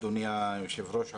אדוני היושב-ראש,